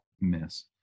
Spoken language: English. miss